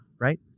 Right